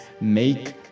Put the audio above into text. Make